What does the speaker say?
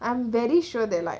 I'm very sure that like